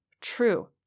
true